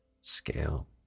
scale